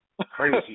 crazy